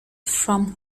from